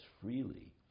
freely